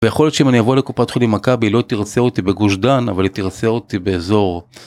יכול להיות שאם אני אבוא לקופת חולים מכבי היא לא תרצה אותי בגוש דן אבל היא תרצה אותי באזור.